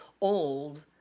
old